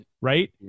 Right